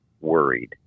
worried